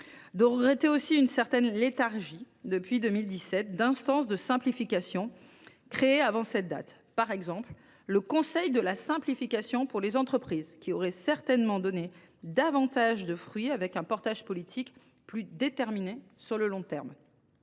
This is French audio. Je regrette aussi une certaine léthargie depuis 2017 d’instances de simplification créées avant cette date. Par exemple, les travaux du Conseil de la simplification pour les entreprises auraient certainement davantage porté leurs fruits avec un portage politique plus déterminé sur le long terme.